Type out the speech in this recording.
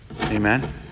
Amen